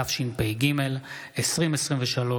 התשפ"ג 2023,